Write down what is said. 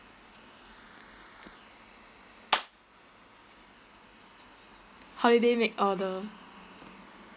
holiday make order